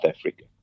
Africa